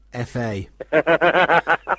FA